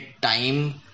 time